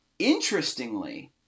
Interestingly